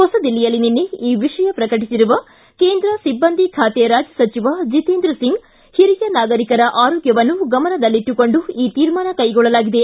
ಹೊಸದಿಲ್ಲಿಯಲ್ಲಿ ನಿನ್ನೆ ಈ ವಿಷಯ ಪ್ರಕಟಿಸಿರುವ ಕೇಂದ್ರ ಸಿಬ್ಬಂದಿ ಖಾತೆ ರಾಜ್ಯ ಸಚಿವ ಜಿತೇಂದ್ರ ಸಿಂಗ್ ಹಿರಿಯ ನಾಗರಿಕರ ಆರೋಗ್ಯವನ್ನು ಗಮನದಲ್ಲಿಟ್ಟುಕೊಂಡು ಈ ತೀರ್ಮಾನ ಕೈಗೊಳ್ಳಲಾಗಿದೆ